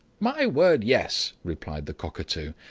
my word! yes, replied the cockatoo,